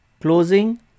closing